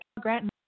Grant